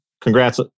congrats